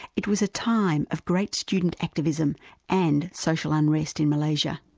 it was a time of great student activism and social unrest in malaysia.